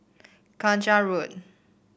Kung Chong Road